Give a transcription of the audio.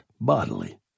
bodily